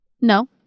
No